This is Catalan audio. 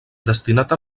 destinat